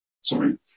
Sorry